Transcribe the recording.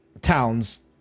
towns